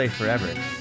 forever